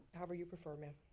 however you prefer, ma'am.